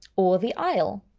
or the isle,